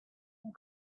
and